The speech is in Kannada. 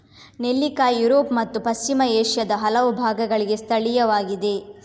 ನೆಲ್ಲಿಕಾಯಿ ಯುರೋಪ್ ಮತ್ತು ಪಶ್ಚಿಮ ಏಷ್ಯಾದ ಹಲವು ಭಾಗಗಳಿಗೆ ಸ್ಥಳೀಯವಾಗಿದೆ